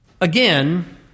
Again